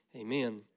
Amen